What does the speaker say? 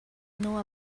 know